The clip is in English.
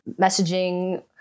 messaging